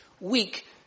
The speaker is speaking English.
weak